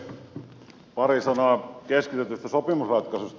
pari sanaa keskitetystä sopimusratkaisusta